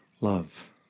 love